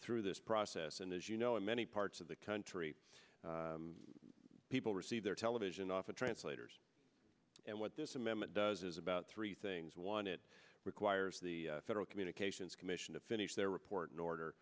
through this process and as you know in many parts of the country people receive their television off of translators and what this amendment does is about three things one it requires the federal communications commission to finish their report in order